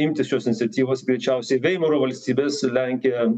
imtis šios iniciatyvos greičiausiai veimaro valstybės lenkija